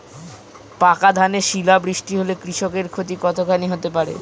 পাকা ধানে শিলা বৃষ্টি হলে কৃষকের ক্ষতি কতখানি হতে পারে?